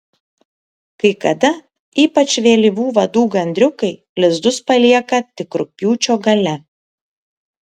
kai kada ypač vėlyvų vadų gandriukai lizdus palieka tik rugpjūčio gale